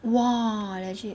!wah! legit